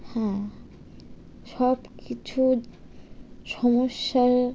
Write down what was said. হ্যাঁ সব কিছু সমস্যা